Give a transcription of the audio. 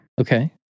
Okay